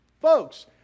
folks